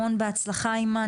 המון בהצלחה אימאן.